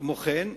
כמו כן,